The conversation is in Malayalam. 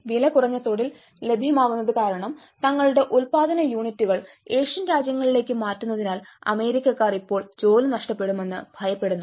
വിലകുറഞ്ഞ തൊഴിൽ ലഭ്യമാകുന്നത് കാരണം തങ്ങളുടെ ഉൽപാദന യൂണിറ്റുകൾ ഏഷ്യൻ രാജ്യങ്ങളിലേക്ക് മാറ്റുന്നതിനാൽ അമേരിക്കക്കാർ ഇപ്പോൾ ജോലി നഷ്ടപ്പെടുമെന്ന് ഭയപ്പെടുന്നു